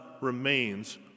remains